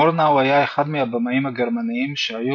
מורנאו היה אחד מהבמאים הגרמנים שהיו